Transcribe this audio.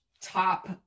top